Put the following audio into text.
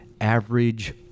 average